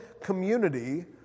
community